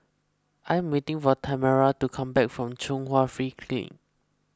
I am waiting for Tamera to come back from Chung Hwa Free Clinic